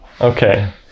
Okay